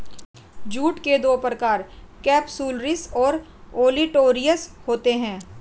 jute के दो प्रकार केपसुलरिस और ओलिटोरियस होते हैं